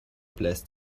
bläst